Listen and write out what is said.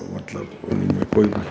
मतलबु हुन में कोई बि